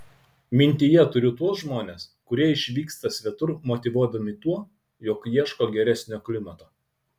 mintyje turiu tuos žmones kurie išvyksta svetur motyvuodami tuo jog ieško geresnio klimato